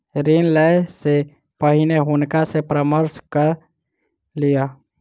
ऋण लै से पहिने हुनका सॅ परामर्श कय लिअ